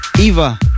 Eva